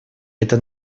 это